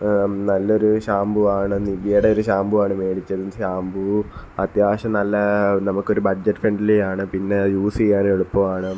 നല്ലൊരു ഷാമ്പു ആണ് നിവ്യെടെ ഒരു ഷാമ്പു ആണ് മേടിച്ചത് ഷാംപൂ അത്യാവശ്യം നല്ല നമുക്കൊരു ബഡ്ജെറ്റ് ഫ്രണ്ട്ലി ആണ് പിന്നെ യൂസ് ചെയ്യാനും എളുപ്പമാണ്